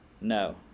No